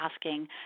asking